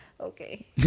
okay